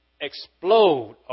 explode